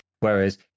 Whereas